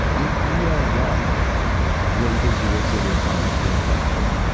if we are wrong what you did is you wasted a little time hitting the off switch.